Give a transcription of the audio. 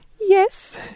yes